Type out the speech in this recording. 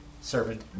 servant